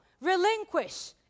relinquish